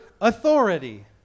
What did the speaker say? authority